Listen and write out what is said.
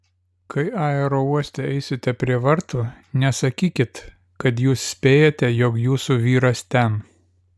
kai aerouoste eisite prie vartų nesakykit kad jūs spėjate jog jūsų vyras ten